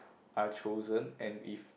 are chosen and if